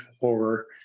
horror